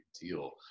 deal